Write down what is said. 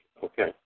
Okay